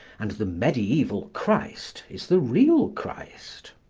and the mediaeval christ is the real christ.